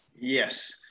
Yes